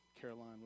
Caroline